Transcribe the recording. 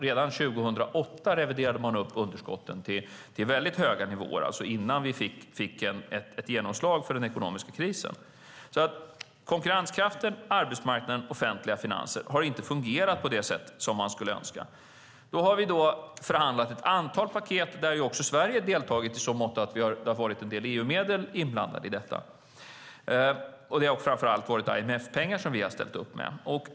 Redan 2008 reviderade man upp underskotten till väldigt höga nivåer, alltså innan vi fick ett genomslag för den ekonomiska krisen. Konkurrenskraften, arbetsmarknaden och offentliga finanser har inte fungerat på det sätt som man skulle önska. Då har vi förhandlat om ett antal paket. Också Sverige har deltagit i så måtto att det har varit en del EU-medel inblandade i detta. Det har framför allt varit IMF-pengar som vi har ställt upp med.